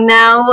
now